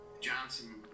Johnson